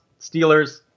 Steelers